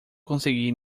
conseguir